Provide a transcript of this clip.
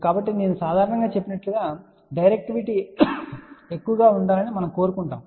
కాబట్టి నేను సాధారణంగా చెప్పినట్లుగా డైరెక్టివిటీ ఎక్కువగా ఉండాలని మనము కోరుకుంటున్నాము